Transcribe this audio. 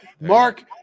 Mark